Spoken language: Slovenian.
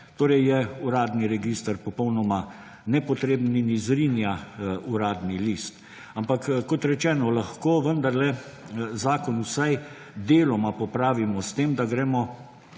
Torej je uradni register popolnoma nepotreben in izriva Uradni list. Ampak kot rečeno, lahko vendarle zakon vsaj deloma popravimo s tem, da gremo